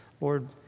Lord